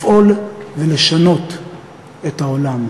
לפעול ולשנות את העולם,